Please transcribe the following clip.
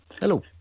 Hello